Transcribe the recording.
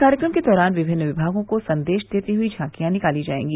कार्यक्रम के दौरान विभिन्न विभागों को संदेश देती हुई झांकियां निकाली जायेंगी